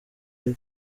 ari